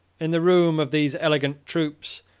in the room of these elegant troops,